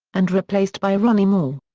and replaced by ronnie moore.